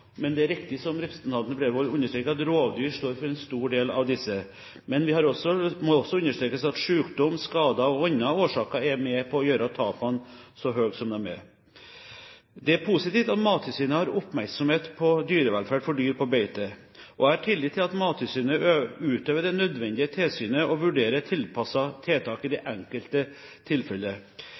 men det er riktig som representanten Bredvold understreker, at rovdyr står for en stor del av disse. Men det må også understrekes at sykdom, skader og andre årsaker er med på å gjøre tapene så høye som de er. Det er positivt at Mattilsynet har oppmerksomhet på dyrevelferd for dyr på beite. Jeg har tillit til at Mattilsynet utøver det nødvendige tilsynet og vurderer tilpassede tiltak i det enkelte